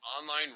online